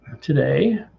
today